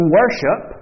worship